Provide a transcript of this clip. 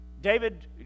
David